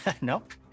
Nope